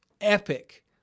epic